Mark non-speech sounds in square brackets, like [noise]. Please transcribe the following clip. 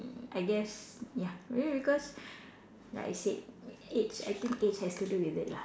I guess ya maybe because [breath] like I said age I think age has to do with it lah